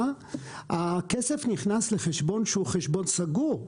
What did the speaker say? הכסף נכנס לחשבון שהוא חשבון סגור.